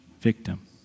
victim